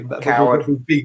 coward